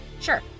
Sure